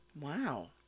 Wow